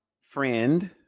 Friend